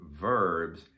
verbs